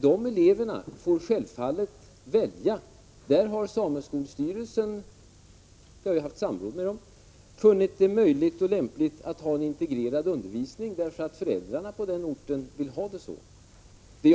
De eleverna får självfallet välja — där har sameskolstyrelsen då vi haft samråd med den funnit det möjligt och lämpligt att ha en integrerad undervisning, därför att föräldrarna på den orten vill ha det så.